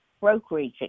brokerage